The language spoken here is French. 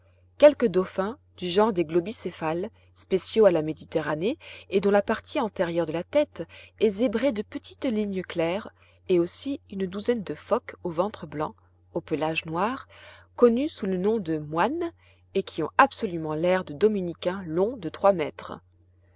quelques dauphins du genre des globicéphales spéciaux à la méditerranée et dont la partie antérieure de la tête est zébrée de petites lignes claires et aussi une douzaine de phoques au ventre blanc au pelage noir connus sous le nom de moines et qui ont absolument l'air de dominicains longs de trois mètres